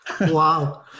Wow